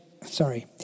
Sorry